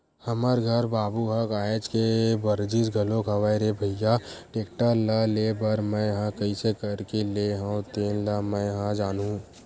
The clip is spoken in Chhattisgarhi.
हमर घर बाबू ह काहेच के बरजिस घलोक हवय रे भइया टेक्टर ल लेय बर मैय ह कइसे करके लेय हव तेन ल मैय ह जानहूँ